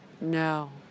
No